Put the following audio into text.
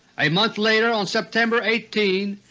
a month later, on september eighteen,